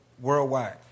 worldwide